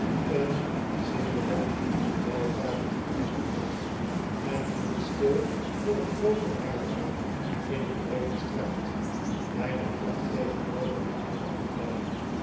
een zindelijk en welvarend uiterlijk had en'hield stil voor een groote herberg in een breede straat bijna vlak tegenover de oude abdij